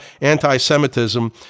anti-Semitism